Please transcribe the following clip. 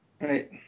Right